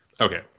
Okay